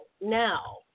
now